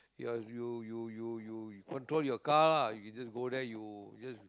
you're you you you you control your car lah you just there you just